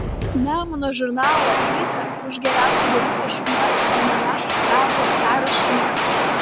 nemuno žurnalo prizą už geriausią debiutą šių metų almanache gavo darius šimonis